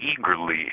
eagerly